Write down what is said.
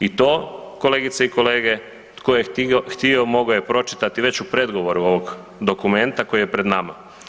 I to kolegice i kolege, tko je htio mogao je pročitati već u predgovoru ovog dokumenta koji je pred nama.